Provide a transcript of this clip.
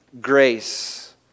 grace